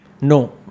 No